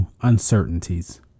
uncertainties